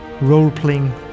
role-playing